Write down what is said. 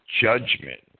judgment